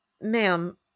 ma'am